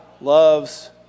loves